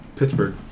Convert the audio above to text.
Pittsburgh